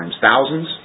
thousands